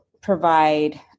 provide